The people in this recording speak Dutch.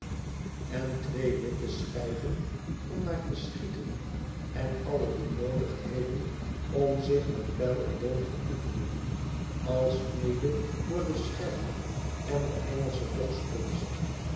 en twee witte schijven om naar te schieten en alle benoodigdheden om zich met pijl en boog te oefenen alsmede voor de scherm en de engelsche